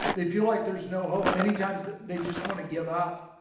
they feel like there's no hope many times they just want to give up.